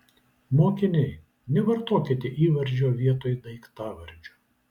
mokiniai nevartokite įvardžio vietoj daiktavardžio